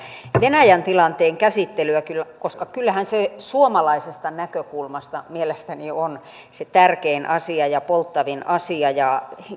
venäjän tilanteen käsittelyä koska kyllähän se suomalaisesta näkökulmasta mielestäni on se tärkein asia ja polttavin asia ja